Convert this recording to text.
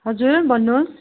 हजुर भन्नुहोस्